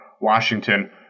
Washington